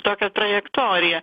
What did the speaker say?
tokią trajektoriją